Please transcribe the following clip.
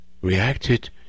reacted